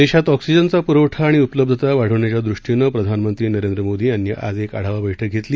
देशात ऑक्सीजनचा पूरवठा आणि उपलब्धता वाढवण्याच्या दृष्टीनं प्रधानमंत्री नरेंद्र मोदी यांनी आज एक आढावा बर्कि घेतली